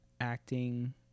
acting